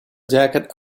jacket